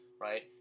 right